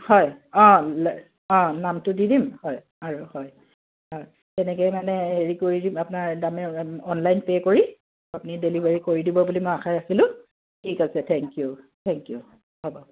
হয় অ' অ' নামটো দি দিম হয় আৰু হয় হয় তেনেকেই মানে হেৰি কৰি আপোনাৰ অনলাইন পে' কৰি আপুনি ডেলিভাৰী কৰি দিব বুলি মই আশা ৰাখিলোঁ ঠিক আছে থেংক ইউ থেংক ইউ হ'ব